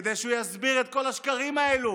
כדי שהוא יסביר את כל השקרים האלה.